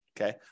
Okay